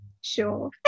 Sure